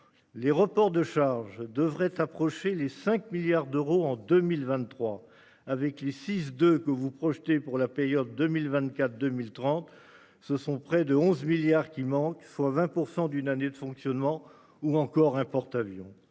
Les reports de charges devrait approcher les 5 milliards d'euros en 2023 avec les six de que vous projetez pour la période 2024 2030, ce sont près de 11 milliards qui manquent, soit 20% d'une année de fonctionnement ou encore un porte-. Avions